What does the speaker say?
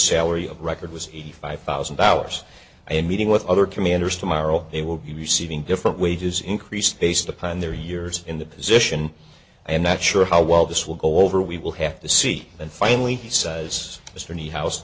salary of record was eighty five thousand dollars and meeting with other commanders tomorrow they will be receiving different wages increase based upon their years in the position i am not sure how well this will go over we will have to see and finally he says